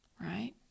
Right